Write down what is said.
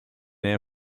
air